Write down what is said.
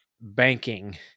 banking